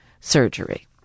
surgery